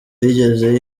yigeze